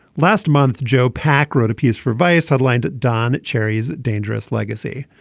last month jo packer wrote a piece for bass headlined don cherry's dangerous legacy.